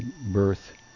birth